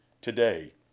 today